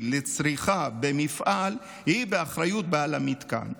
לצריכה במפעל היא באחריות בעל המתקן,